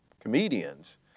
comedians